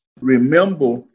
remember